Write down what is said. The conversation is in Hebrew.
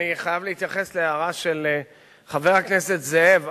אני חייב להתייחס להערה של חבר הכנסת זאב,